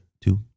Two